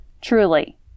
Truly